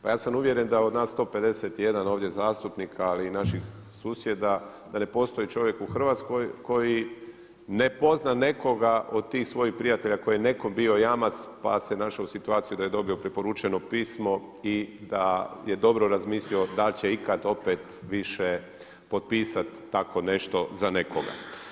Pa ja sam uvjeren da od nas 151 ovdje zastupnik ali i naših susjeda da ne postoji čovjek u Hrvatskoj koji ne poznaje nekoga od tih svojih prijatelja koji je nekome bio jamac pa se našao u situaciji da je dobio preporučeno pismo i da je dobro razmislio da li će ikada opet više potpisati tako nešto za nekoga.